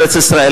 בארץ-ישראל.